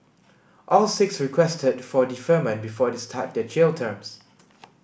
all six requested for deferment before they start their jail terms